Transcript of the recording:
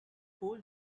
whole